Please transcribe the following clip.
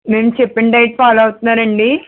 మేము చెప్పిన diet follow అవుతున్నారా అండి